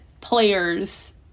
players